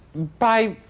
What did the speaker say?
by